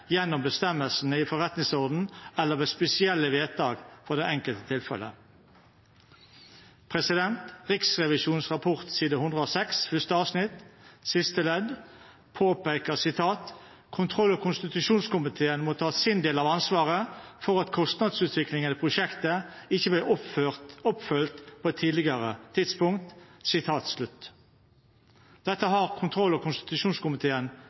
gjennom bestemmelsene i forretningsordenen eller ved spesielle vedtak for det enkelte tilfellet. Riksrevisjonens rapport side 106 første avsnitt siste ledd påpeker: Kontroll- og konstitusjonskomiteen må ta sin del av ansvaret for at kostnadsutviklingen eller prosjektet ikke ble oppfulgt på et tidligere tidspunkt. Dette har kontroll- og konstitusjonskomiteen